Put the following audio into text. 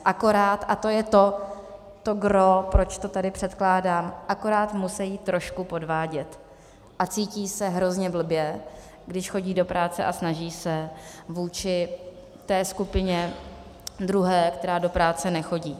Akorát, a to je to gros, proč to tady předkládám, akorát musejí trošku podvádět a cítí se hrozně blbě, když chodí do práce a snaží se, vůči té druhé skupině, která do práce nechodí.